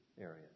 areas